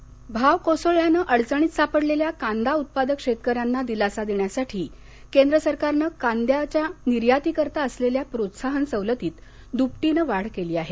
कांदा भाव कोसळल्यानं अडचणीत सापडलेल्या कांदा उत्पादक शेतकऱ्यांना दिलासा देण्यासाठी केंद्र सरकारनं कांद्याच्या निर्यातीकरता असलेल्या प्रोत्साहन सवलतीत द्पटीनं वाढ केली आहे